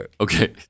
okay